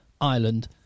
Ireland